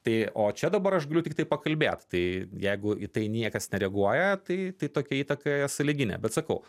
tai o čia dabar aš galiu tiktai pakalbėt tai jeigu į tai niekas nereaguoja tai tai tokia įtakoja sąlyginė bet sakau